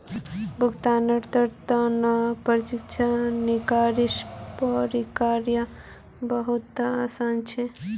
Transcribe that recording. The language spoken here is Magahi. भुगतानकर्तार त न प्रत्यक्ष निकासीर प्रक्रिया बहु त आसान छेक